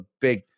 big